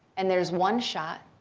and there's one shot.